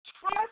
Trust